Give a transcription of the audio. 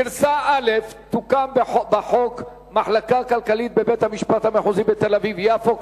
גרסה א': תוקם בחוק מחלקה כלכלית בבית-המשפט המחוזי בתל-אביב יפו,